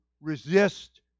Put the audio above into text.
Resist